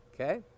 Okay